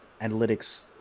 analytics